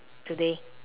today